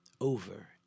over